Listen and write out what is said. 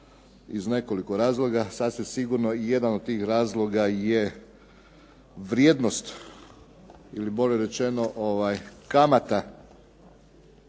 iz nekoliko razloga. Sasvim sigurno jedan od tih razloga je vrijednost ili bolje rečeno kamata